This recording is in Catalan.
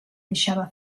deixava